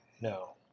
No